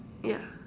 ya